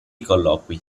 colloqui